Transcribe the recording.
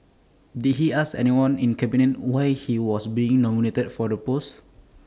did he ask anyone in cabinet why he was being nominated for the post